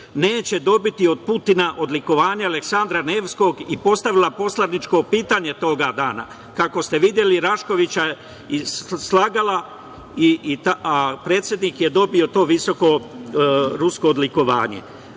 neće dobiti od Putina odlikovanje Aleksandra Nevskog i postavila poslaničko pitanje toga dana. Kako ste videli Raškovićeva je slagala, a predsednik je dobio to visoko rusko odlikovanje.